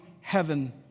heaven